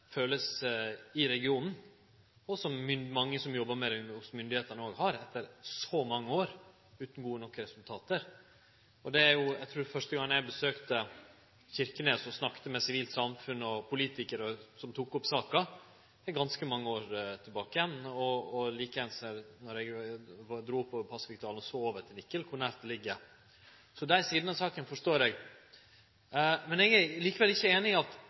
føler i regionen, og som mange som jobbar med dette hos styresmaktene, òg føler etter så mange år utan gode nok resultat. Første gongen eg besøkte Kirkenes, snakka eg med det sivile samfunn og politikarar som tok opp saka. Det er ganske mange år sidan. Då eg drog oppover Pasvikdalen, såg eg over til Nikel og såg kor nære det ligg. Så den sida av saka forstår eg. Eg er likevel ikkje einig i at